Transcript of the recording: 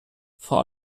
vor